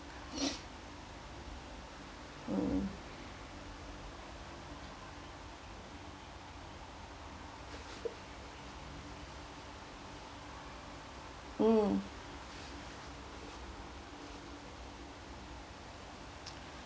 mm mm